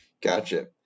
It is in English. gotcha